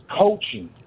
coaching